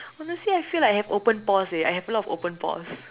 honestly I feel like I have open pores leh I have a lot of open pores